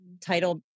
title